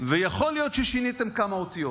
ויכול להיות ששיניתם כמה אותיות.